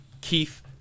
Keith